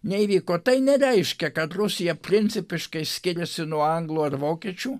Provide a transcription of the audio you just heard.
neįvyko tai nereiškia kad rusija principiškai skiriasi nuo anglų ar vokiečių